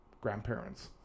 grandparents